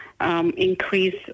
increase